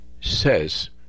says